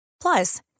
Plus